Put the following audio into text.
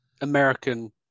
American